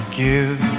give